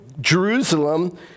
Jerusalem